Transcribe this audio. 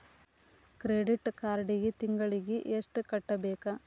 credit ಕಾರ್ಡಿಗಿ ತಿಂಗಳಿಗಿ ಎಷ್ಟ ಕಟ್ಟಬೇಕ